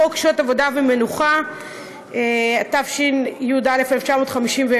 בחוק שעות עבודה ומנוחה, התשי"א 1951,